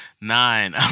Nine